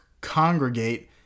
congregate